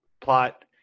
plot